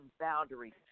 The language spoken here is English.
boundaries